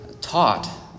taught